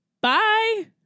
Bye